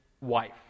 wife